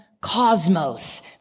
cosmos